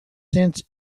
since